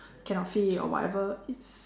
cannot fit or whatever is